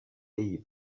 pays